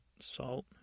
salt